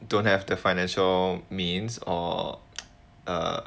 don't have the financial means or uh